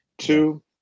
Two